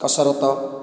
କସରତ